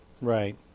Right